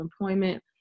employment